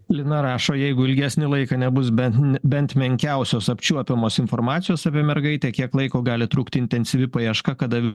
lina rašo jeigu ilgesnį laiką nebus bent bent menkiausios apčiuopiamos informacijos apie mergaitę kiek laiko gali trukti intensyvi paieška kada